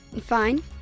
Fine